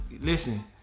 Listen